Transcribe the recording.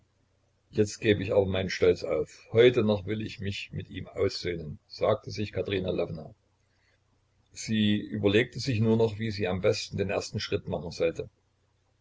jetzt gebe ich aber meinen stolz auf heute noch will ich mich mit ihm aussöhnen sagte sich katerina lwowna sie überlegte sich nur noch wie sie am besten den ersten schritt machen sollte